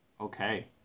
Okay